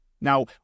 Now